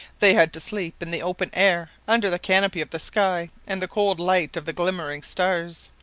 they had to sleep in the open air, under the canopy of the sky and the cold light of the glimmering stars.